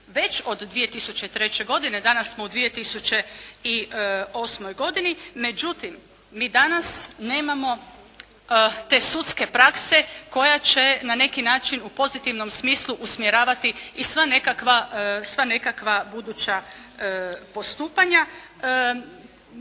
već od 2003. godine. Danas smo u 2008. godini međutim mi danas nemamo te sudske prakse koja će na neki način u pozitivnom smislu usmjeravati i sva nekakva, sva nekakva buduća postupanja.